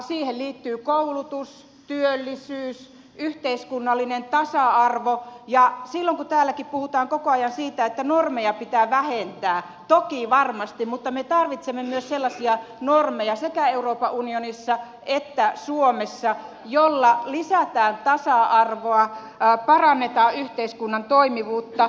siihen liittyy koulutus työllisyys yhteiskunnallinen tasa arvo ja silloin kun täälläkin puhutaan koko ajan siitä että normeja pitää vähentää niin toki varmasti mutta me tarvitsemme myös sekä euroopan unionissa että suomessa sellaisia normeja joilla lisätään tasa arvoa parannetaan yhteiskunnan toimivuutta